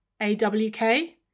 A-W-K